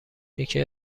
یکی